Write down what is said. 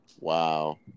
Wow